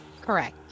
Correct